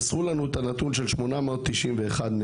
מסרו לנו את הנתון של 891 עצורים,